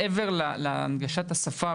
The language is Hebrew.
מעבר להנגשת השפה,